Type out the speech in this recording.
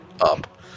up